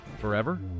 forever